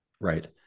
Right